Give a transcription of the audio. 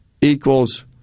equals